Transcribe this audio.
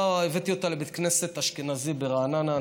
הבאתי אותה לבית כנסת אשכנזי ברעננה,